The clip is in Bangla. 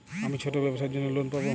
আমি ছোট ব্যবসার জন্য লোন পাব?